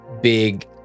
big